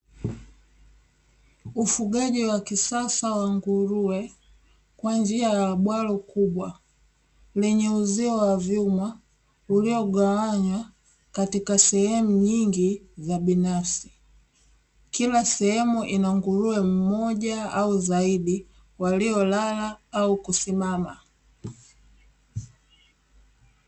Ufugaji wa kisasa wa nguruwe, kwa njia ya bwalo kubwa; Lenye uzio wavyuma, ulio gawanywa katika sehemu nyingi za binafsi; Kila sehemu inanguruwe mmoja au zaidi walio lala au kusimama.